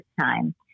time